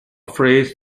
phrase